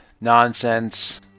nonsense